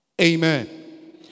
Amen